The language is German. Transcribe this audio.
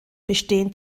bestehen